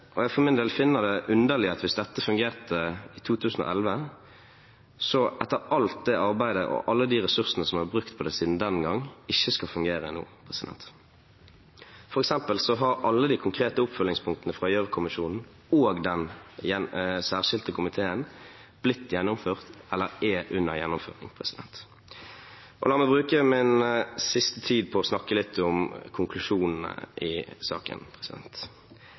fungerte. Jeg, for min del, finner det underlig hvis det som fungerte i 2011, etter alt det arbeidet og alle de ressursene som er brukt på det siden den gang, ikke skal fungere nå. For eksempel har alle de konkrete oppfølgingspunktene fra Gjørv-kommisjonen og den særskilte komiteen blitt gjennomført eller er under gjennomføring. La meg bruke det siste jeg har igjen av tid, på å snakke litt om konklusjonene i saken.